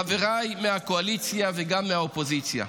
חבריי מהקואליציה וגם מהאופוזיציה,